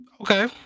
okay